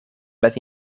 met